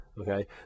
okay